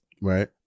Right